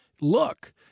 look